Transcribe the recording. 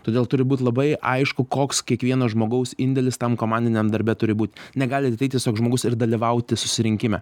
todėl turi būt labai aišku koks kiekvieno žmogaus indėlis tam komandiniam darbe turi būt negali ateiti tiesiog žmogus ir dalyvauti susirinkime